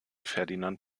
ferdinand